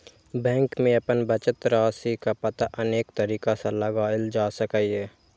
bank मे अपन बचत राशिक पता अनेक तरीका सं लगाएल जा सकैए